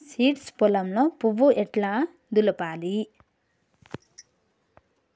Seeds పొలంలో పువ్వు ఎట్లా దులపాలి?